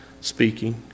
speaking